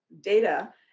data